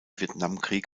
vietnamkrieg